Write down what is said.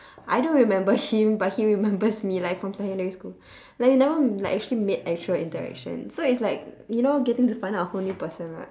I don't remember him but he remembers me like from secondary school like you never like actually made actual interaction so it's like you know getting to find out a whole new person lah